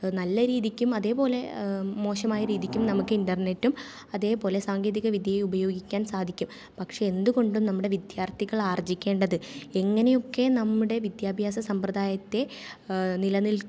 നല്ല രീതിക്കും അതേപോലെ മോശമായ രീതിക്കും നമുക്ക് ഇൻറർനെറ്റും അതേപോലെ സാങ്കേതിക വിദ്യയെ ഉപയോഗിക്കാൻ സാധിക്കും പക്ഷേ എന്തുകൊണ്ടും നമ്മുടെ വിദ്യാർത്ഥികൾ ആർജിക്കേണ്ടത് എങ്ങനെയൊക്കെ നമ്മുടെ വിദ്യാഭ്യാസ സമ്പ്രദായത്തെ നിലനിൽപ്പ്